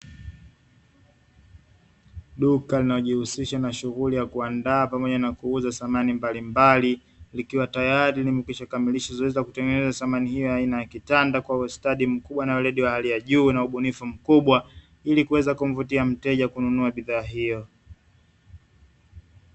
Duka linalojihusisha na shughuli ya kuandaa pamoja na kuuza samani mbalimbali, likiwa tayari limekwisha kamilisha zoezi la kutengeneza samani hiyo aina ya kitanda kwa ustadi mkubwa na weredi wa hali ya juu na ubunifu mkubwa, ili kuweza kumvutia mteja kununua bidhaa hiyo.